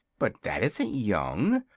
but that isn't young!